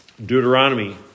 Deuteronomy